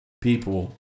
people